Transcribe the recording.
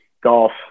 golf